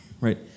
Right